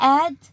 add